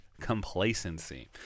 complacency